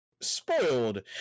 spoiled